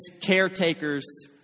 caretakers